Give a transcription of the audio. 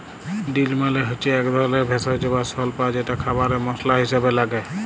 deal মালে হচ্যে এক ধরলের ভেষজ বা স্বল্পা যেটা খাবারে মসলা হিসেবে লাগে